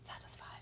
satisfied